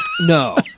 No